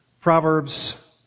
Proverbs